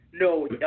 No